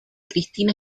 cristina